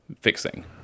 fixing